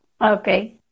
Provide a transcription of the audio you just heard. Okay